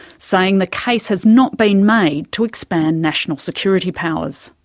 saying the case has not been made to expand national security powers.